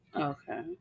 okay